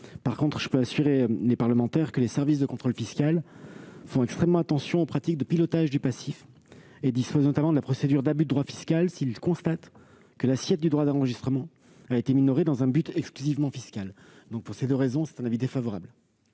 Mais je peux assurer les parlementaires que les services de contrôle fiscal font extrêmement attention aux pratiques de pilotage du passif. Ils disposent notamment de la procédure d'abus de droit fiscal, s'ils constatent que l'assiette du droit d'enregistrement a été minorée dans un but exclusivement fiscal. Pour cette raison, l'avis du